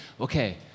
okay